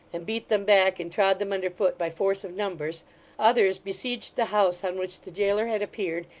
and beat them back and trod them under foot by force of numbers others besieged the house on which the jailer had appeared,